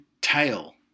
tail